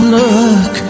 look